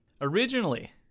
Originally